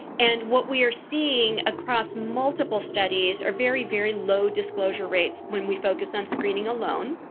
and what we are seeing across multiple studies are very, very low disclosure rates when we focus on screening alone.